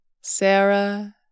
Sarah